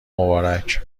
مبارک